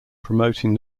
promoting